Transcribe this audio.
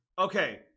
okay